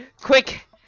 Quick